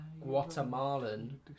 Guatemalan